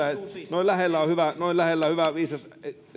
on noin lähellä hyvä viisas